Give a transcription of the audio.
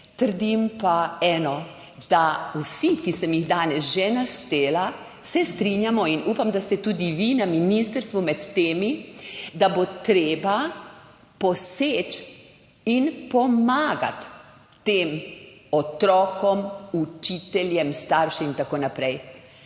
Trdim pa eno – da se vsi, ki sem jih danes že naštela, strinjamo, in upam, da ste tudi vi na ministrstvu med temi, da bo treba poseči in pomagati tem otrokom, učiteljem, staršem in tako naprej.